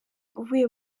uvuye